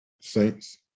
Saints